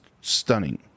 stunning